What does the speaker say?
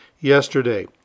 yesterday